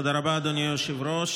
תודה רבה, אדוני היושב-ראש.